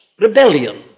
rebellion